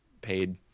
paid